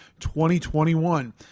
2021